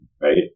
Right